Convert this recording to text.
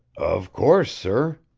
of course, sir.